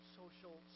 social